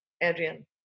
adrian